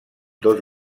dos